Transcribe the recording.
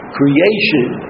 creation